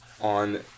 on